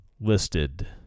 Listed